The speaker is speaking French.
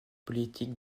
politique